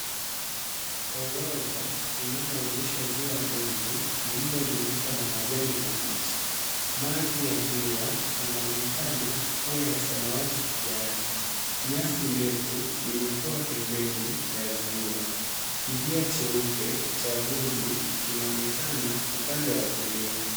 Orodha inayoonesha ziwa dogo lililozungukwa na majani mabichi. Maji ya ziwa yanaonekana kuwa ya samawati kijani. Nyasi ndefu imekua pembeni ya ziwa. Kijia cheupe cha vumbi kinaonekana upande wa kulia.